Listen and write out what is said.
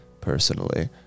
Personally